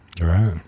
right